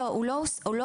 הוא לא אוסר.